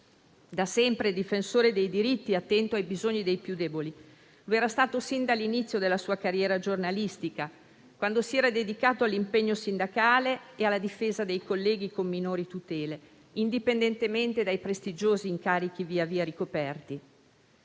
Da sempre difensore dei diritti e attento ai bisogni dei più deboli. Lo era stato sin dall'inizio della sua carriera giornalistica, quando si era dedicato all'impegno sindacale e alla difesa dei colleghi con minori tutele, indipendentemente dai prestigiosi incarichi via via ricoperti.